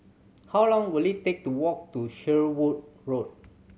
how long will it take to walk to Shenvood Road